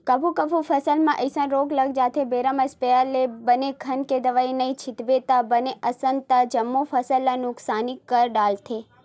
कभू कभू फसल म अइसन रोग लग जाथे बेरा म इस्पेयर ले बने घन के दवई पानी नइ छितबे बने असन ता जम्मो फसल ल नुकसानी कर डरथे